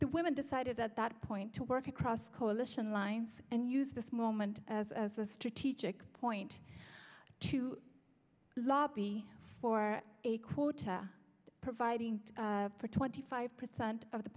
the women decided at that point to work across coalition lines and use this moment as a strategic point to lobby for a quota providing for twenty five percent of the